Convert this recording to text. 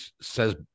says